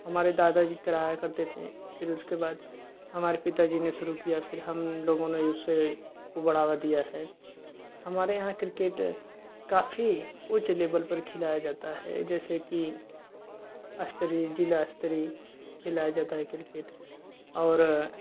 हमारे दादाजी कराया करते थे फिर उसके बाद हमारे पिता जी ने शुरु किया फिर हम लोगों ने उसे कु बढ़ावा दिया है हमारे यहाँ क्रिकेट काफी उच्च लेबल पर खिलाया जाता है जैसे कि अस्तरी जिला अस्तरी खिलाया जाता है क्रिकेट और